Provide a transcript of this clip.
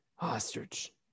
ostrich